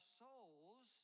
souls